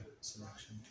selection